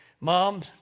Mom